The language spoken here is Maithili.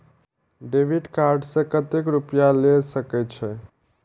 डेबिट कार्ड से कतेक रूपया ले सके छै?